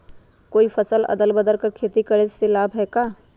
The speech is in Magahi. कोई फसल अदल बदल कर के खेती करे से लाभ है का?